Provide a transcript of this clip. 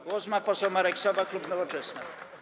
Głos ma poseł Marek Sowa, klub Nowoczesna.